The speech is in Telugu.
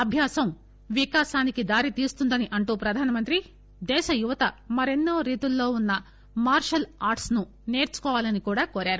అభ్యాసం వికాసానికి దారి తీస్తుందని అంటూ ప్రధానమంత్రి దేశ యువత మరెన్నో రీతుల్లో ఉన్న మార్షల్ ఆర్ట్స్ ను సేర్చుకోవాలని కూడా కోరారు